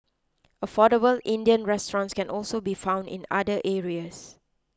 affordable Indian restaurants can also be found in other areas